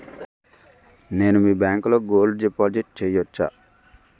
నేను మీ బ్యాంకులో గోల్డ్ డిపాజిట్ చేయవచ్చా?